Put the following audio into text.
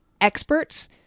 experts